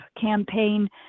campaign